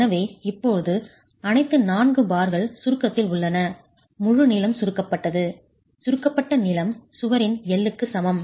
எனவே இப்போது அனைத்து நான்கு பார்கள் சுருக்கத்தில் உள்ளன முழு நீளம் சுருக்கப்பட்டது சுருக்கப்பட்ட நீளம் சுவரின் L க்கு சமம்